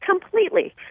Completely